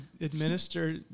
administer